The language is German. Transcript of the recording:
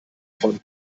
von